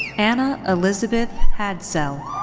anna elizabeth hadsell.